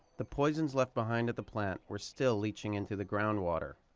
the poisons left behind at the plant were still leaching into the groundwater.